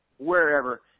Wherever